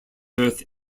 earth